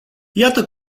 iată